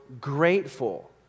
grateful